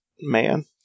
man